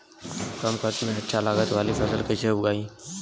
कम खर्चा में अच्छा लागत वाली फसल कैसे उगाई?